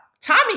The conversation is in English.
Tommy